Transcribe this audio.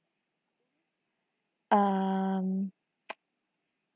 uhm